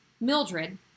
Mildred